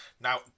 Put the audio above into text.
Now